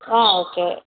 ம் ஓகே